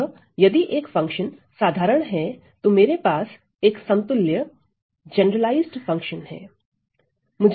अतः यदि एक फंक्शन साधारण हैं तो मेरे पास एक समतुल्य जनरलाइज्ड फंक्शन है